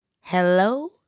Hello